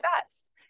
best